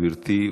גברתי,